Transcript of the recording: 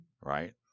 Right